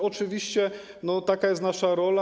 Oczywiście taka jest nasza rola.